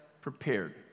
prepared